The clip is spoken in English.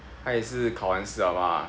他也是考完试了嘛